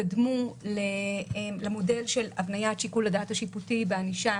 קדמו למודל של הבניית שיקול הדעת השיפוטי בענישה,